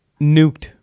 nuked